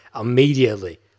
immediately